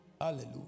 Hallelujah